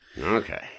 Okay